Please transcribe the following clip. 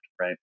right